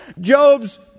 Job's